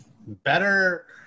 better